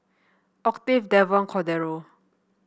Octave Devon Cordero